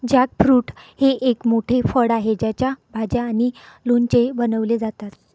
jackfruit हे एक मोठे फळ आहे ज्याच्या भाज्या आणि लोणचे बनवले जातात